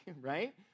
right